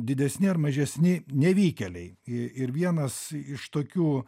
didesni ar mažesni nevykėliai i ir vienas iš tokių